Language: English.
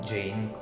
Jane